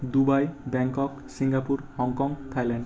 Dubai Bangkok Singapore Hong Kong Thailand